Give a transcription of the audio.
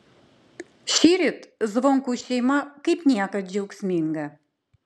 šįryt zvonkų šeima kaip niekad džiaugsminga